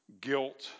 guilt